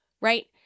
Right